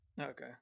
Okay